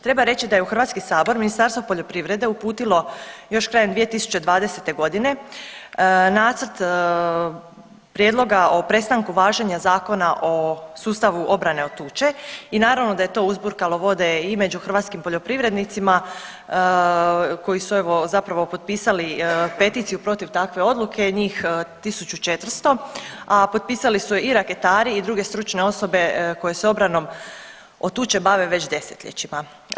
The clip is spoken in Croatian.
Treba reći da je u HS Ministarstvo poljoprivrede uputilo još krajem 2020.g. nacrt prijedloga o prestanku važenja Zakona o sustavu obrane od tuče i naravno da je uzburkalo vode i među hrvatskim poljoprivrednicima koji su potpisali peticiju protiv takve odluke, njih 1400, a potpisali su i raketari i druge stručne osobe koje se obranom od tuče bave već desetljećima.